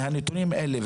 מהנתונים האלה,